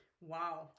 wow